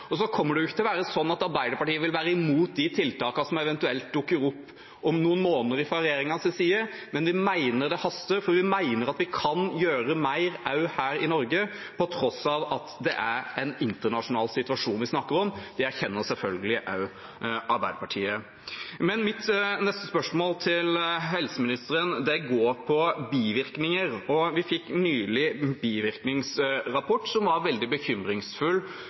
ikke skjedd. Arbeiderpartiet kommer ikke til å være imot de tiltakene som eventuelt dukker opp om noen måneder fra regjeringens side, men vi mener det haster, for vi mener at vi kan gjøre mer, også her i Norge, på tross av at det er en internasjonal situasjon vi snakker om. Det erkjenner selvfølgelig også Arbeiderpartiet. Mitt neste spørsmål til helseministeren går på bivirkninger. Vi fikk nylig en bivirkningsrapport som var veldig bekymringsfull.